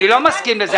אני לא מסכים לזה.